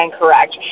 correct